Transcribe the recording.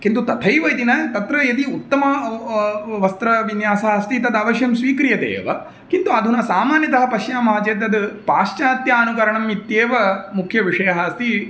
किन्तु तथैव इति न तत्र यदि व वस्त्रविन्यासः अस्ति तद् अवश्यं स्वीक्रियते एव किन्तु अधुना सामान्यतः पश्यामः चेत् तद् पाश्चात्यानुकरणम् इत्येव मुख्यः विषयः अस्ति